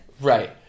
Right